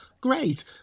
great